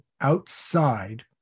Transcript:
outside